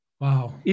Wow